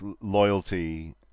loyalty